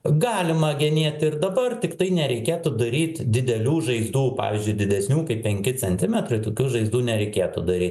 galima genėti ir dabar tiktai nereikėtų daryt didelių žaizdų pavyzdžiui didesnių kaip penki centimetrai tokių žaizdų nereikėtų dary